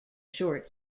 short